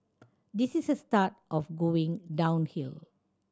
this is the start of going downhill